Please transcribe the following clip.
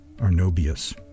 Arnobius